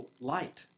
light